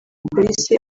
polisi